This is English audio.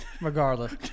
Regardless